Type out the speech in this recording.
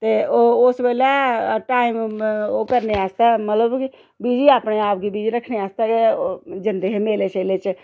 ते ओह् उस बेल्लै टाइम ओह् करने आस्तै मतलब कि बिजी अपने आप गी बिजी रक्खने आस्तै गै जंदे हे मेले शेले च